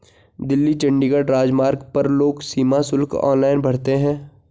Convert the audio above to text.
दिल्ली चंडीगढ़ राजमार्ग पर लोग सीमा शुल्क ऑनलाइन भरते हैं